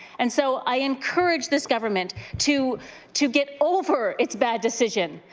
and so i encourage this government to to get over its bad decision,